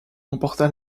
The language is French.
emporta